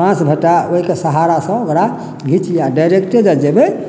बाँस भेटय ओहिके सहारा सऽ ओकरा घीचियो डाइरेक्टे जँ जेबै